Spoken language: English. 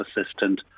assistant